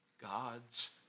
God's